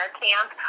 camp